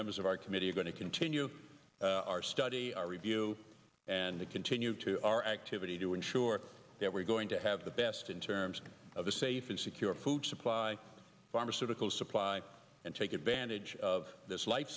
members of our committee are going to continue our study our review and they continue to our activity to ensure that we're going to have the best in terms of a safe and secure food supply pharmaceutical supply and take advantage of this li